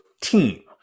team